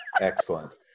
Excellent